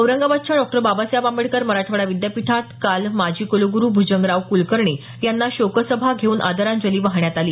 औरंगाबादच्या डॉक्टर बाबासाहेब आंबेडकर मराठवाडा विद्यापीठात काल माजी कलग्रु भूजंगराव कुलकर्णी यांना शोकसभा घेऊन आदरांजली वाहण्यात आली